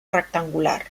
rectangular